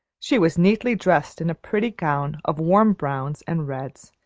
she was neatly dressed in a pretty gown of warm browns and reds,